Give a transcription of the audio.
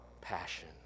passion